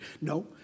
no